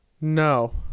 No